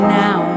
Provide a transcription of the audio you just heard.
now